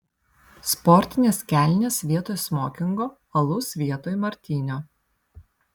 sportinės kelnės vietoj smokingo alus vietoj martinio